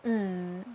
mm